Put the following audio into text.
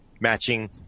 matching